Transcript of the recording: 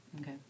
Okay